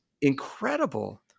incredible